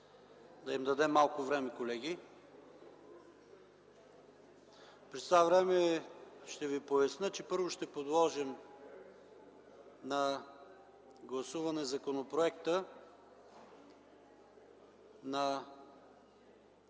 да им дадем малко време, колеги. През това време ще ви поясня, че първо ще подложа на гласуване Законопроекта за